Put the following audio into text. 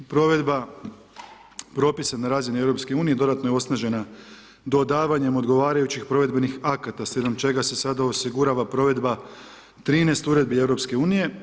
Provedba propisa na razini EU dodatno je osnažena dodavanjem odgovarajućih provedbenih akata slijedom čega se sada osigurava provedba 13 uredbi EU.